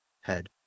head